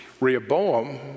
Rehoboam